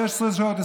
16 שעות,